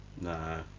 nah